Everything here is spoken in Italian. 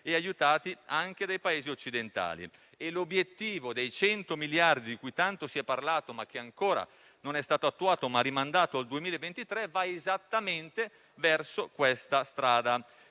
e aiutati anche dai Paesi occidentali. L'obiettivo dei 100 miliardi, di cui tanto si è parlato, che ancora non è stato attuato perché rimandato al 2023, va esattamente verso questa strada.